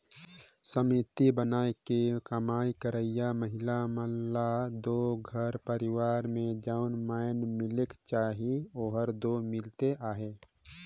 समिति बनाके कमई करइया महिला मन ल दो घर परिवार में जउन माएन मिलेक चाही ओहर दो मिलते अहे